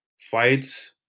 fights